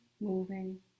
moving